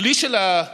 הכלי של השב"כ